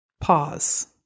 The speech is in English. Pause